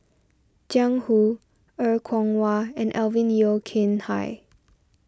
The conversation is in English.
Jiang Hu Er Kwong Wah and Alvin Yeo Khirn Hai